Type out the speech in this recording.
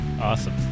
Awesome